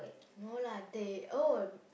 no lah they oh